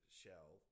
shell